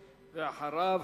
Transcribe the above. ואחריו,